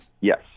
yes